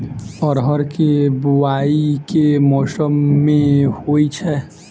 अरहर केँ बोवायी केँ मौसम मे होइ छैय?